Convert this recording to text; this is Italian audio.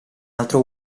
altro